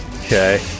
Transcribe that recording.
Okay